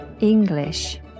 English